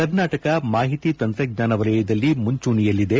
ಕರ್ನಾಟಕ ಮಾಹಿತಿ ತಂತ್ರಜ್ಞಾನ ವಲಯದಲ್ಲಿ ಮುಂಚೂಣಿಯಲ್ಲಿದೆ